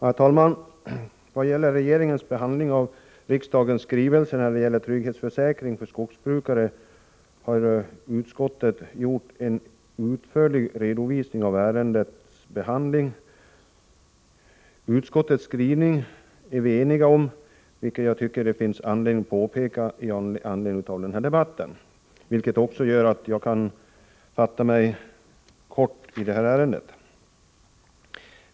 Herr talman! Vad gäller regeringens behandling av riksdagens skrivelse om trygghetsförsäkring för skogsbrukare har utskottet gjort en utförlig redovisning. Det finns anledning att påpeka i denna debatt att vi är eniga om utskottets skrivning, vilket gör att jag kan fatta mig kort i detta ärende.